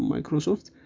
Microsoft